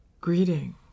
greeting